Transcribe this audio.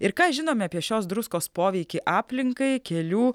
ir ką žinome apie šios druskos poveikį aplinkai kelių